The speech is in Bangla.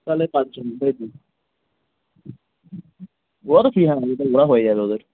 তাহলে পাঁচজন হবে তো ওরাও তো ফ্রি ওরা হয়ে যাবে ওদের